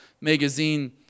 magazine